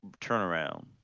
turnaround